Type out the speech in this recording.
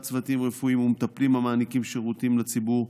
צוותים רפואיים ומטפלים המעניקים שירותים לציבור,